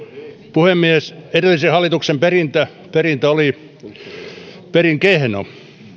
puhemies edellisen hallituksen perintö perintö oli perin kehno